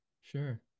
sure